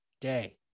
day